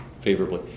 favorably